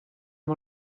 amb